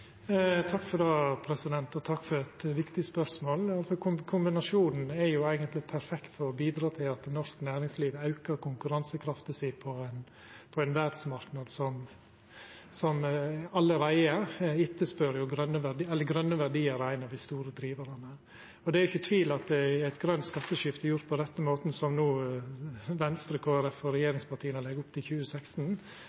Takk for eit viktig spørsmål. Kombinasjonen er jo eigentleg perfekt for å bidra til at norsk næringsliv aukar konkurransekrafta si på ein verdsmarknad der grøne verdiar allereie er ein av dei store drivarane. Det er ikkje tvil om at eit grønt skatteskifte gjort på rette måten, som Venstre, Kristeleg Folkeparti og